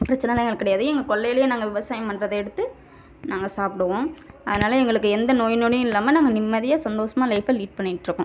பிரச்சனைலாம் எங்களுக்குக் கிடையாது எங்கள் கொல்லையிலே நாங்கள் விவசாயம் பண்ணுறத எடுத்து நாங்கள் சாப்பிடுவோம் அதனால் எங்களுக்கு எந்த நோய் நொடியும் இல்லாமல் நாங்கள் நிம்மதியாக சந்தோஷமா ஃலைபை லீட் பண்ணிட்டிருக்கோம்